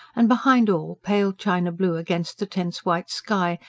and behind all, pale china-blue against the tense white sky,